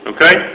Okay